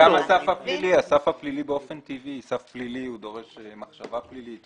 הסף הפלילי באופן טבעי דורש מחשבה פלילית,